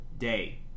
day